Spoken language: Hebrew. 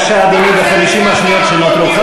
אדוני, בבקשה, ב-50 השניות שנותרו.